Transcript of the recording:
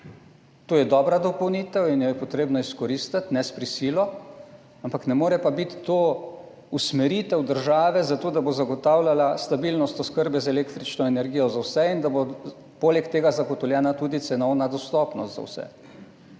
To je dobra dopolnitev in jo je potrebno izkoristiti, ne s prisilo, ampak ne more pa biti to usmeritev države, zato da bo zagotavljala stabilnost oskrbe z električno energijo za vse in da bo poleg tega zagotovljena tudi cenovna dostopnost za vse.